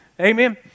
Amen